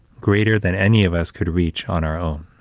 greater than any of us could reach on our own.